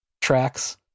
tracks